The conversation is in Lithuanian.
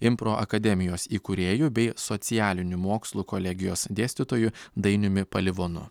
impro akademijos įkūrėju bei socialinių mokslų kolegijos dėstytoju dainiumi palivonu